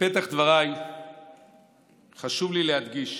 בפתח דבריי חשוב לי להדגיש